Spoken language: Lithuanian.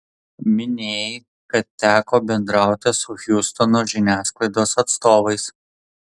minėjai kad teko bendrauti su hjustono žiniasklaidos atstovais